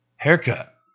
haircut